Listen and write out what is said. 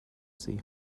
sea